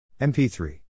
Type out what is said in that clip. MP3